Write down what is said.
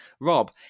Rob